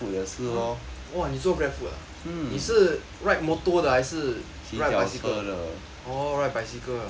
哦你做 GrabFood ah 你是 ride motor 的还是 ride bicycle oh ride bicycle